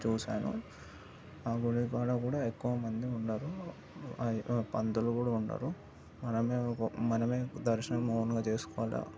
చూశాను ఆ గుడి కాడ కూడా ఎక్కువ మంది ఉండరు పంతులు కూడా ఉండరు మనమే మనమే దర్శనం ఓన్గా చేసుకోవాలా